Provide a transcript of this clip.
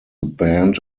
band